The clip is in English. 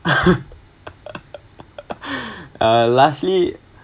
uh lastly